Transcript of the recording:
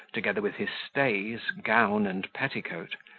together with his stays, gown, and petticoat,